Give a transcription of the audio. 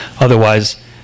Otherwise